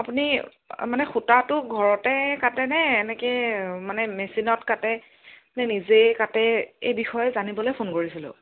আপুনি মানে সূতাটো ঘৰতে কাটেনে এনেকৈ মানে মেচিনত কাটে নে নিজেই কাটে এই বিষয়ে জানিবলৈ ফোন কৰিছিলোঁ